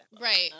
right